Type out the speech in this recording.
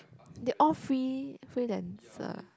they all free~ freelancer